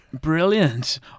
brilliant